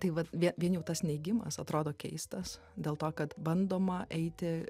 tai vat vie vien jau tas neigimas atrodo keistas dėl to kad bandoma eiti